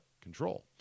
control